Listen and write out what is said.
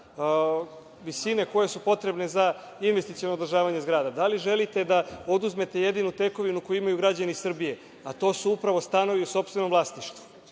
visine koje su potrebne za investiciono održavanje zgrada? Da li želite da oduzmete jedinu tekovinu koju imaju građani Srbije, a to su upravo stanovi u sopstvenom vlasništvu?